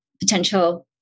potential